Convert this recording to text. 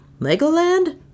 Legoland